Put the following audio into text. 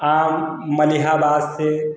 आम मलिहाबाद से